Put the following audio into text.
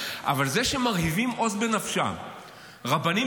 אבל זה שמרהיבים עוז בנפשם רבנים